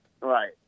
Right